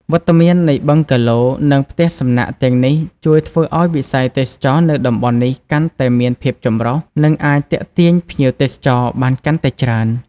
វត្តមាននៃបឹងហ្គាឡូ និងផ្ទះសំណាក់ទាំងនេះជួយធ្វើឲ្យវិស័យទេសចរណ៍នៅតំបន់នេះកាន់តែមានភាពចម្រុះ និងអាចទាក់ទាញភ្ញៀវទេសចរបានកាន់តែច្រើន។